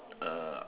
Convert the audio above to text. uh